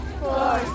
four